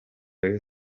rayon